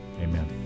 amen